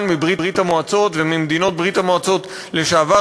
מברית-המועצות וממדינות ברית-המועצות לשעבר,